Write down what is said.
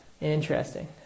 Interesting